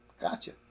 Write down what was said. Gotcha